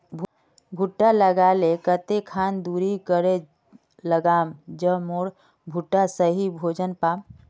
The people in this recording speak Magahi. भुट्टा लगा ले कते खान दूरी करे लगाम ज मोर भुट्टा सही भोजन पाम?